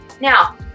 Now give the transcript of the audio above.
now